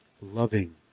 Loving